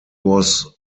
was